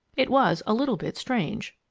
it was a little bit strange.